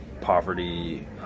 poverty